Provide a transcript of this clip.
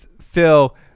Phil